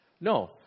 No